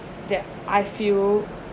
that I feel